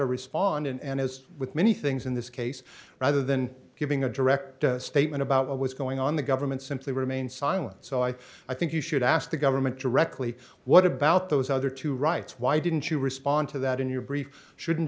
or respond and as with many things in this case rather than giving a direct statement about what was going on the government simply remain silent so i i think you should ask the government directly what about those other two rights why didn't you respond to that in your brief shouldn't